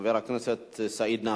חבר הכנסת סעיד נפאע,